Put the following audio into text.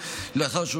2023,